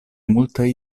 multaj